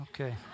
okay